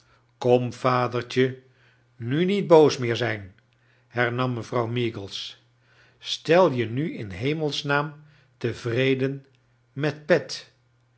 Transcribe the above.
kom vadertje nu niet boos meer zijnr hernam mevrouw meagles stel je nu in hemelsnaam tevreden met pet